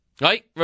right